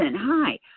hi